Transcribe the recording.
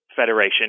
Federation